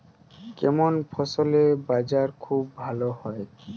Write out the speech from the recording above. কেমন ফসলের বাজার খুব ভালো হয়?